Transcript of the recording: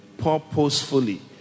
purposefully